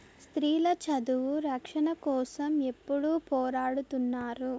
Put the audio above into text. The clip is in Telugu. స్త్రీల చదువు రక్షణ కోసం ఎప్పుడూ పోరాడుతున్నారు